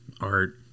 art